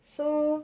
so